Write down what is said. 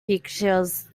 pictures